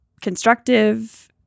constructive